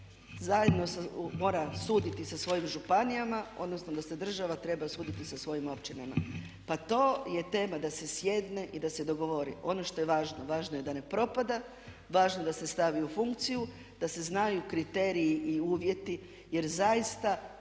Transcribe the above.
zajedno mora suditi sa svojim županijama, odnosno da se država treba suditi sa svojim općinama. Pa to je tema da se sjedne i da se dogovori. Ono što je važno, važno je da ne propada, važno je da se stavi u funkciju, da se znaju kriteriji i uvjeti jer zaista